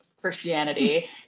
Christianity